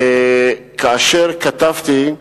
כאשר כתבתי "עולים",